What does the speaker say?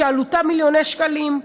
שעלותה מיליוני שקלים,